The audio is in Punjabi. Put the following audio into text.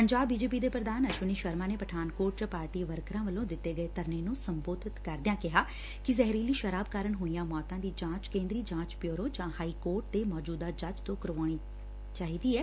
ਪੰਜਾਬ ਬੀਜੇਪੀ ਦੇ ਪ੍ਰਧਾਨ ਅਸ਼ਵਨੀ ਸ਼ਰਮਾ ਨੇ ਪਠਾਨਕੋਟ ਚ ਪਾਰਟੀ ਵਰਕਰਾਂ ਵੱਲੋਂ ਦਿੱਤੇ ਗਏ ਧਰਨੇ ਨੂੰ ਸੰਬੋਧਨ ਕਰਦਿਆਂ ਕਿਹਾ ਕਿ ਜ਼ਹਿਰੀਲੀ ਸ਼ਰਾਬ ਕਾਰਨ ਹੋਈਆਂ ਮੌਤਾਂ ਦੀ ਜਾਂਚ ਕੇਂਦਰੀ ਜਾਂਚ ਬਿਉਰੋ ਜਾਂ ਹਾਈ ਕੋਰਟ ਦੇ ਮੌਜੁਦਾ ਜੱਜ ਤੋ ਕਰਵਾਈ ਜਾਣੀ ਚਾਹੀਦੀ ਏ